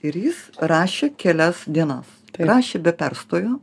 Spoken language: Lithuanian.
ir jis rašė kelias dienas rašė be perstojo